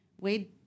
Wade